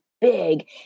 big